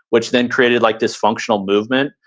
which then created like this functional movement.